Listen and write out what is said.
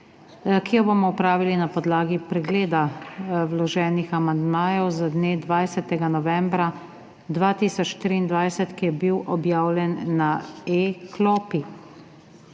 jo bomo opravili na podlagi pregleda vloženih amandmajev z dne 20. novembra 2023, ki je bil objavljen na e-klopi,